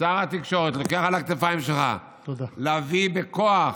שר התקשורת, לוקח על הכתפיים שלך להביא בכוח,